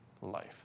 life